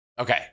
Okay